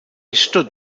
stood